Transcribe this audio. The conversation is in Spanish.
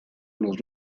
los